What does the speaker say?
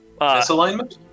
Misalignment